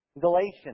Galatians